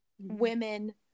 women